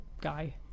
guy